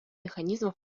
механизмов